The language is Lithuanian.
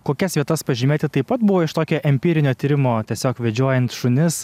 kokias vietas pažymėti taip pat buvo iš tokio empirinio tyrimo tiesiog vedžiojant šunis